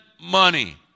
money